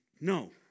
No